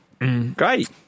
great